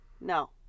No